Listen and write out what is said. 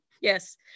yes